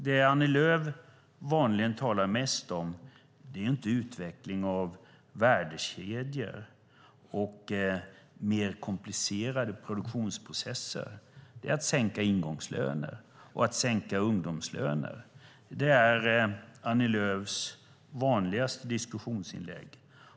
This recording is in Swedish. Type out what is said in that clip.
Det Annie Lööf vanligen talar mest om är inte utveckling av värdekedjor och mer komplicerade produktionsprocesser. Det är att sänka ingångslöner och att sänka ungdomslöner. Det är Annie Lööfs vanligaste diskussionsinlägg.